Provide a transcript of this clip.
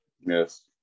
Yes